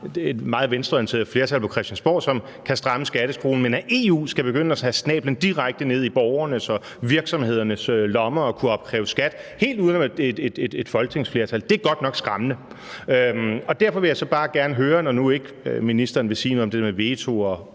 et meget venstreorienteret flertal på Christiansborg, som kan stramme skatteskruen, men at EU skal begynde at stikke snablen direkte ned i borgernes og virksomhedernes lommer og kunne opkræve skat helt uden et folketingsflertal, er godt nok skræmmende. Og derfor vil jeg så bare gerne høre, når nu ministeren ikke vil sige noget om det der med veto, og